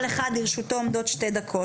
כל אחד, לרשותו עומדות שתי דקות.